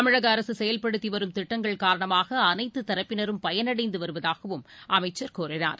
தமிழகஅரசுசெயல்படுத்திவரும் திட்டங்கள் அனைத்துதரப்பினரும் காரணமாக பயனடைந்துவருவதாகவும் அமைச்சர் கூறினார்